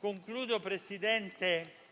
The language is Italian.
Signor Presidente,